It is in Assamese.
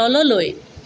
তললৈ